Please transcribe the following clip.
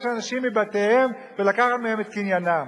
אנשים מבתיהם ולקחת מהם את קניינם.